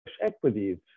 equities